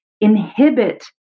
inhibit